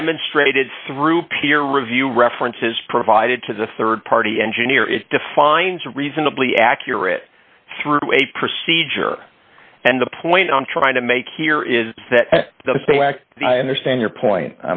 demonstrated through peer review references provided to the rd party engineer it defines reasonably accurate through a procedure and the point i'm trying to make here is that in the stand your point